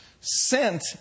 sent